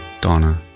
Donna